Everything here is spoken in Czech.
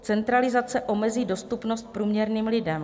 Centralizace omezí dostupnost průměrným lidem.